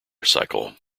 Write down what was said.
cycle